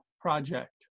Project